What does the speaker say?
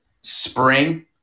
spring